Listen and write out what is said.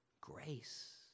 grace